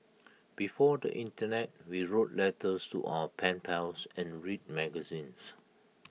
before the Internet we wrote letters to our pen pals and read magazines